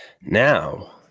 Now